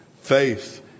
faith